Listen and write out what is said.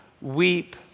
weep